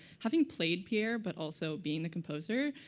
having played pierre, but also being the composer,